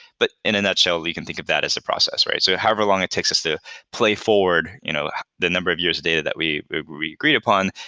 but in a nutshell, you can think of that as the process, right? so however long it takes us to play forward you know the number of years of data that we we agreed upon,